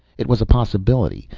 it was a possibility.